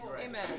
Amen